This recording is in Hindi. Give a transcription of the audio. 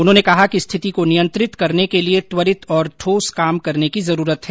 उन्होंने कहा कि स्थिति को नियंत्रित करने के लिए त्वरित और ठोस काम करने की जरूरत है